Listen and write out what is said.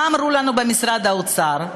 מה אמרו לנו במשרד האוצר?